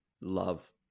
love